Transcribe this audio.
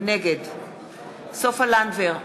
נגד סופה לנדבר,